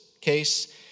case